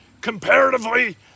Comparatively